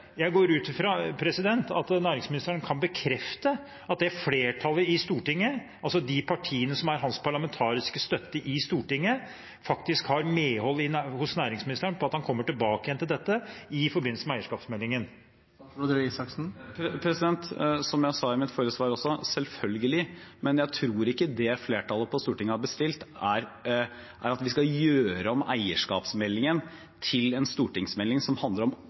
Stortinget, altså de partiene som er hans parlamentariske støtte i Stortinget, faktisk har medhold hos næringsministeren for at han kommer tilbake til dette i forbindelse med eierskapsmeldingen. Som jeg sa i mitt forrige svar: Selvfølgelig. Men jeg tror ikke det flertallet på Stortinget har bestilt, er at vi skal gjøre om eierskapsmeldingen til en stortingsmelding som handler om